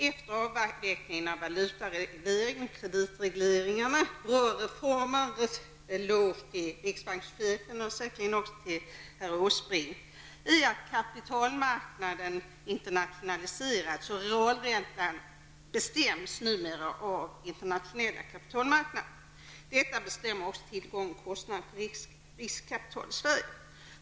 Efter avvecklingen av valutaregleringen och kreditregleringarna -- bra reformer; en eloge till riksbankschefen och också till herr Åsbrink -- är kapitalmarknaden internationaliserad, och realräntan bestäms numera av de internationella kapitalmarknaderna. Detta bestämmer också tillgången och kostnaderna för riskkapital i Sverige.